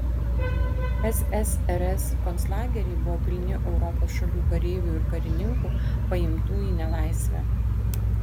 ssrs konclageriai buvo pilni europos šalių kareivių ir karininkų paimtų į nelaisvę